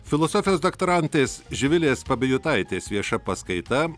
filosofijos doktorantės živilės pabejutaitės vieša paskaita